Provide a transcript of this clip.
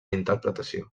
interpretació